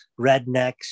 rednecks